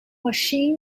machine